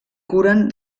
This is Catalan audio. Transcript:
curen